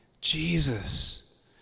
Jesus